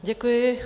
Děkuji.